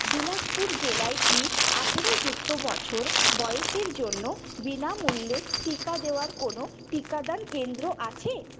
বিলাসপুর জেলায় কি আঠারো যুক্ত বছর বয়সের জন্য বিনামূল্যে টিকা দেওয়ার কোনও টিকাদান কেন্দ্র আছে